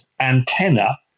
antenna